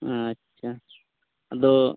ᱟᱪᱪᱷᱟ ᱟᱫᱚ